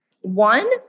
One